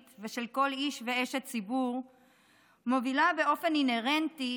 ושל כל איש ואשת ציבור מובילה באופן אינהרנטי